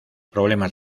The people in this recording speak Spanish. problemas